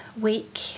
week